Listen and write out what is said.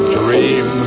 dream